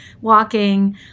walking